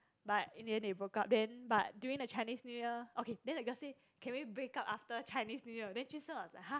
but in the end they broke up then but during the Chinese New Year okay then the girl say can we break up after Chinese New Year then jun sheng was like !huh!